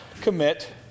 commit